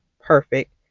perfect